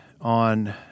on